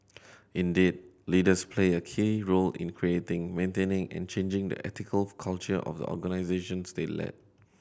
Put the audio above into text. indeed leaders play a key role in creating maintaining and changing the ethical culture of the organisations they lead